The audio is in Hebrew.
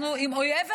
אנחנו עם אויב אחד,